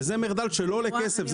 וזה מחדל שלא עולה כסף.